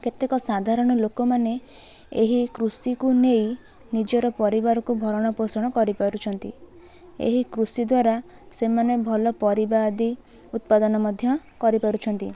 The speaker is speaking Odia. କେତେକ ସାଧାରଣ ଲୋକମାନେ ଏହି କୃଷିକୁ ନେଇ ନିଜର ପରିବାରକୁ ଭରଣ ପୋଷଣ କରିପାରୁଛନ୍ତି ଏହି କୃଷି ଦ୍ଵାରା ସେମାନେ ଭଲ ପରିବା ଆଦି ଉତ୍ପାଦନ ମଧ୍ୟ କରିପାରୁଛନ୍ତି